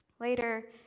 Later